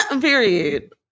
period